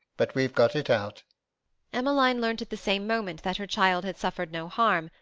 but we've got it out emmeline learnt at the same moment that her child had suffered no harm,